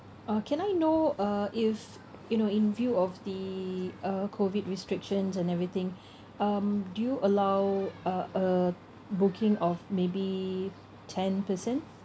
uh can I know uh if you know in view of the uh COVID restrictions and everything um do you allow uh a booking of maybe ten person